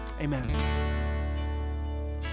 Amen